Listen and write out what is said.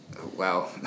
Wow